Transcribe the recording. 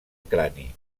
crani